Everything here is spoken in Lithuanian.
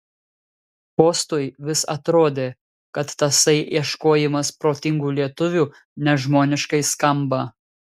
kostui vis atrodė kad tasai ieškojimas protingų lietuvių nežmoniškai skamba